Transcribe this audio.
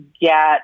get